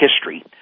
history